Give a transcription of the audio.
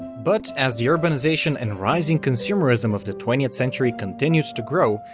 but as the urbanization and rising consumerism of the twentieth century continued to grow,